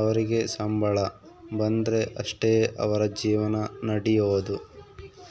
ಅವರಿಗೆ ಸಂಬಳ ಬಂದ್ರೆ ಅಷ್ಟೇ ಅವರ ಜೀವನ ನಡಿಯೊದು